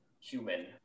human